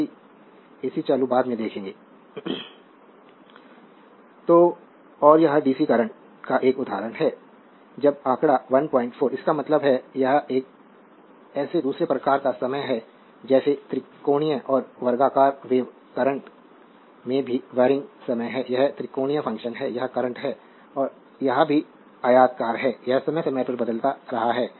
slide समय देखें 2409 तो और यह डीसी करंट का एक उदाहरण है अब आंकड़ा 14 इसका मतलब है यह एक ऐसे दूसरे प्रकार का समय है जैसे त्रिकोणीय और वर्गाकार वेव करंट में भी वररिंग समय है यह त्रिकोणीय फंक्शन है यह करंट है और यह भी आयताकार है यह समय समय पर बदल रहा है